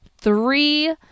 three